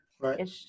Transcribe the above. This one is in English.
Right